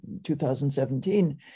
2017